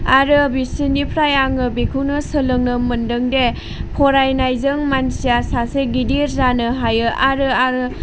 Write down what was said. आरो बिसोरनिफ्राय आङो बेखौनो सोलोंनो मोनदों दि फरायनायजों मानसिया सासे गिदिर जानो हायो आरो आरो